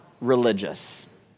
religious